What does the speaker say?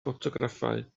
ffotograffau